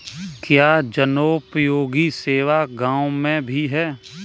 क्या जनोपयोगी सेवा गाँव में भी है?